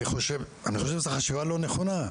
אני חושב שזו חשיבה לא נכונה.